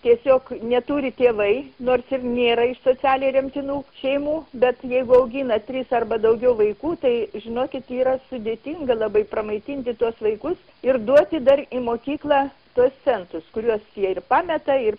tiesiog neturi tėvai nors ir nėra iš socialiai remtinų šeimų bet jeigu augina tris arba daugiau vaikų tai žinokit yra sudėtinga labai pramaitinti tuos vaikus ir duoti dar į mokyklą tuos centus kuriuos jie pameta ir